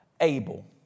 able